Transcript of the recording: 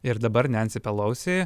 ir dabar nensi pelousi